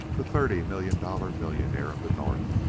the thirty-million-dollar millionaire of the north,